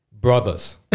brothers